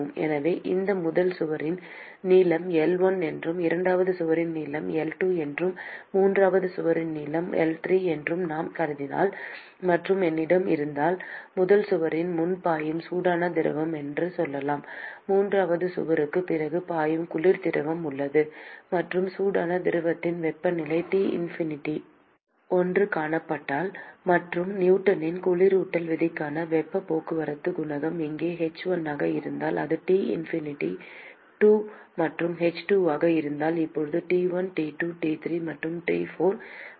எனவே இந்த முதல் சுவரின் நீளம் L1 என்றும் இரண்டாவது சுவரின் நீளம் L2 என்றும் மூன்றாவது சுவரின் நீளம் L3 என்றும் நான் கருதினால் மற்றும் என்னிடம் இருந்தால் முதல் சுவரின் முன் பாயும் சூடான திரவம் என்று சொல்லலாம் மூன்றாவது சுவருக்குப் பிறகு பாயும் குளிர் திரவம் உள்ளது மற்றும் சூடான திரவத்தின் வெப்பநிலை T infinity 1 காணப்பட்டால் மற்றும் நியூட்டனின் குளிரூட்டல் விதிக்கான வெப்பப் போக்குவரத்துக் குணகம் இங்கே h1 ஆக இருந்தால் அது T infinity 2 மற்றும் h2 ஆக இருந்தால் இப்போது T1T2 T3 மற்றும் T4 வெப்பநிலைகளைக் குறிப்பிடலாம்